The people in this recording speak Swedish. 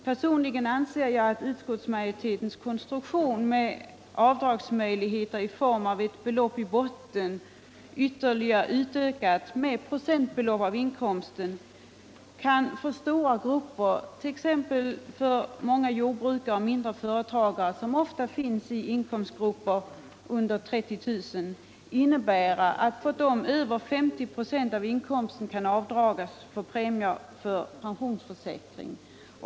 Personligen anser jag att utskottsmajoritetens konstruktion med möjlighet till avdrag av ett belopp i botten, utökat med viss procent av inkomsten, för stora grupper, främst jordbrukare och mindre företagare som ofta har inkomster under 30 000 kr., kan innebära att de får dra av över 50 96 av inkomsten för premier för pensionsförsäkring.